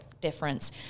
difference